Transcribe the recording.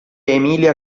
emilia